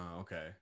okay